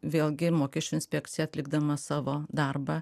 vėlgi ir mokesčių inspekcija atlikdama savo darbą